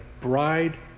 bride